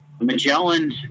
Magellan